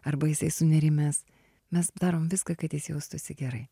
arba jisai sunerimęs mes darom viską kad jis jaustųsi gerai